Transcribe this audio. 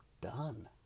done